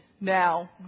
Now